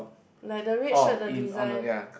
like the red shirt the design